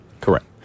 Correct